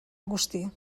agustí